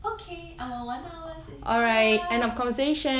okay our one hour is up